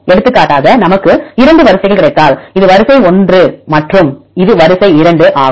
எடுத்துக்காட்டாக நமக்கு 2 வரிசைகள் கிடைத்தால் இது வரிசை 1 மற்றும் இது வரிசை 2 ஆகும்